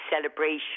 celebration